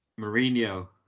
Mourinho